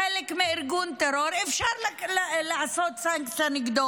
חוץ מזה שרוצים לרשום לעצמם רקורד שהעבירו חוקים,